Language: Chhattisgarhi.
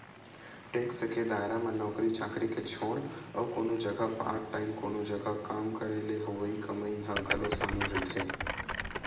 टेक्स के दायरा म नौकरी चाकरी के छोड़ अउ कोनो जघा पार्ट टाइम कोनो जघा काम करे ले होवई कमई ह घलो सामिल रहिथे